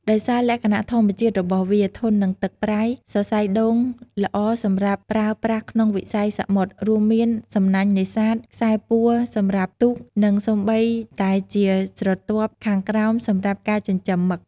ដោយសារលក្ខណៈធម្មជាតិរបស់វា ធន់នឹងទឹកប្រៃ សរសៃដូងល្អសម្រាប់ប្រើប្រាស់ក្នុងវិស័យសមុទ្រ រួមមាន សំណាញ់នេសាទ ខ្សែពួរសម្រាប់ទូក និងសូម្បីតែជាស្រទាប់ខាងក្រោមសម្រាប់ការចិញ្ចឹមមឹក។